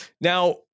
Now